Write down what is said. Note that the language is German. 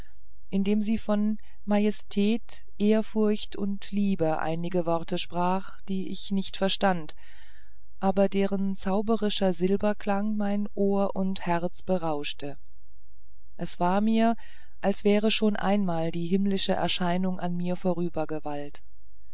indem sie von majestät ehrfurcht und liebe einige worte sprach die ich nicht verstand aber deren zauberischer silberklang mein ohr und herz berauschte es war mir als wäre schon einmal die himmlische erscheinung an mir vorüber